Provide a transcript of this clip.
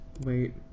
Wait